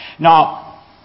Now